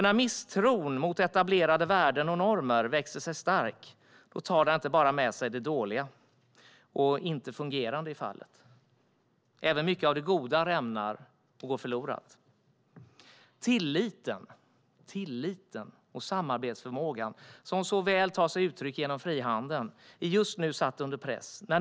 När misstron mot etablerade värden och normer växer sig stark tar den med sig inte bara det dåliga och det inte fungerande i fallet. Även mycket av det goda rämnar och går förlorat. Tilliten och samarbetsförmågan, som så väl tar sig uttryck genom frihandeln, är just nu satta under press.